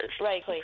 Right